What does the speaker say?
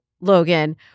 Logan